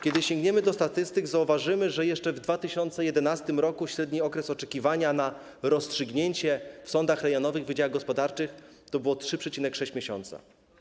Kiedy sięgniemy do statystyk, zauważymy, że jeszcze w 2011 r. średni okres oczekiwania na rozstrzygnięcie w sądach rejonowych w wydziałach gospodarczych wynosił 3,6 miesiąca.